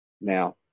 Now